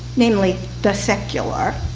namely the secular.